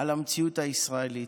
על המציאות הישראלית.